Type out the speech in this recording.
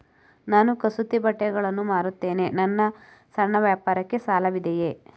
ನಾನು ಕಸೂತಿ ಬಟ್ಟೆಗಳನ್ನು ಮಾರುತ್ತೇನೆ ನನ್ನ ಸಣ್ಣ ವ್ಯಾಪಾರಕ್ಕೆ ಸಾಲವಿದೆಯೇ?